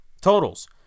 Totals